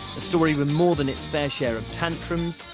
a story with more than its fair share of tantrums,